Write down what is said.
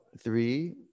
three